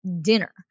dinner